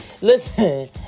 listen